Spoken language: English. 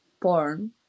porn